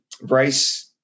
Bryce